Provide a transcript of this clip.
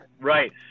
right